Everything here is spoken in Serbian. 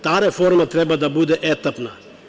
Ta reforma treba da bude etapna.